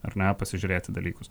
ar ne pasižiūrėti dalykus